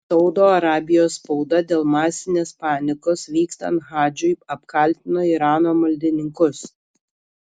saudo arabijos spauda dėl masinės panikos vykstant hadžui apkaltino irano maldininkus